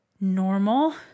normal